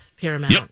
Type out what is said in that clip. paramount